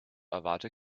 erwarte